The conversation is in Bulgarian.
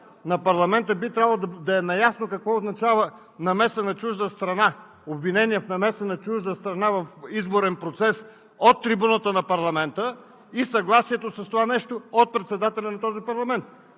на парламента, би трябвало да е наясно какво означава намеса на чужда страна, обвинение в намеса на чужда страна в изборен процес от трибуната на парламента и съгласието с това нещо от председателя на този парламент!